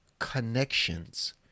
connections